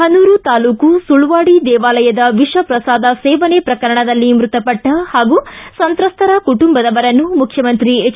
ಪನೂರು ತಾಲೂಕು ಸುಳ್ವಾಡಿ ದೇವಾಲಯದ ವಿಷಪ್ರಸಾದ ಸೇವನೆ ಪ್ರಕರಣದಲ್ಲಿ ಮೃತಪಟ್ಟ ಹಾಗೂ ಸಂತ್ರಸ್ತರ ಕುಟುಂಬದವರನ್ನು ಮುಖ್ಯಮಂತ್ರಿ ಎಚ್